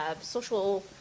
social